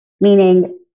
meaning